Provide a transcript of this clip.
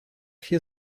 hier